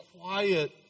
quiet